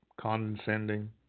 condescending